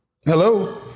hello